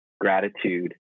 gratitude